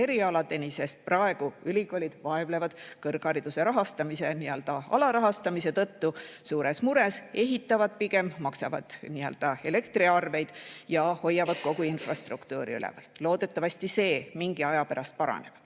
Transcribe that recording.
erialadeni, sest praegu ülikoolid vaevlevad kõrghariduse alarahastamise tõttu suures mures, ehitavad pigem, maksavad elektriarveid ja hoiavad kogu infrastruktuuri üleval. Loodetavasti see mingi aja pärast paraneb.